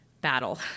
battle